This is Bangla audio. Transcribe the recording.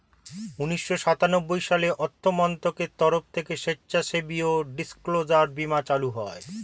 উন্নিশো সাতানব্বই সালে অর্থমন্ত্রকের তরফ থেকে স্বেচ্ছাসেবী ডিসক্লোজার বীমা চালু হয়